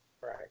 Right